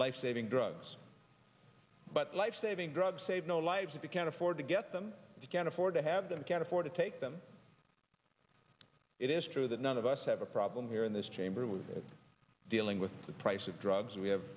lifesaving drugs but lifesaving drugs save no lives if you can't afford to get them if you can't afford to have them can't afford to take them it is true that none of us have a problem here in this chamber with dealing with the price of drugs we have